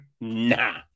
nah